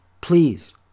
Please